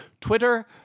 Twitter